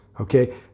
okay